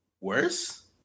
Worse